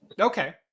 Okay